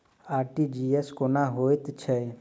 RTGS कोना होइत छै?